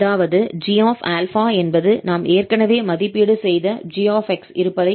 அதாவது 𝑔𝛼 என்பது நாம் ஏற்கனவே மதிப்பீடு செய்த 𝑔𝑥 இருப்பதைக் குறிக்கிறது